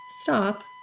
stop